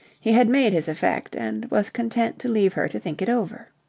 he had made his effect, and was content to leave her to think it over.